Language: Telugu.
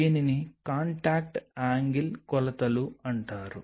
దీనిని కాంటాక్ట్ యాంగిల్ కొలతలు అంటారు